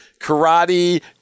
karate